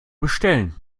bestellen